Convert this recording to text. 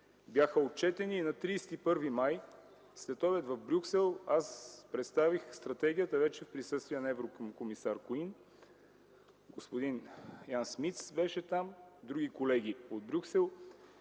бяха отчетени и на 31 май след обяд в Брюксел, където представих Стратегията вече в присъствие на еврокомисар Куин, господин Ян Смитс също беше там, други колеги от Брюксел